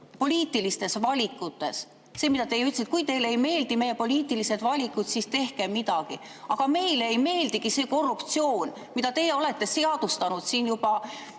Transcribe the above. poliitilistes valikutes. See, mida te ütlesite: kui teile ei meeldi meie poliitilised valikud, siis tehke midagi. Aga meile ei meeldigi see korruptsioon, mida teie olete seadustanud siin juba,